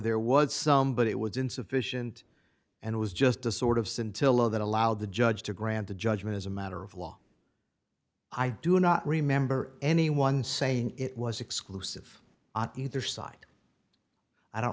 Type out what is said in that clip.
there was some but it was insufficient and it was just the sort of scintilla that allowed the judge to grant a judgment as a matter of law i do not remember anyone saying it was exclusive on either side i don't